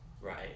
right